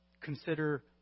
consider